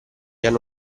hanno